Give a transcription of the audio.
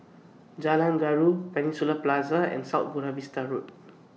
Jalan Gaharu Peninsula Plaza and South Buona Vista Road